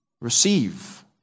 receive